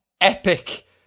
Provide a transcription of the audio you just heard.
epic